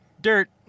dirt